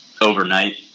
overnight